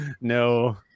No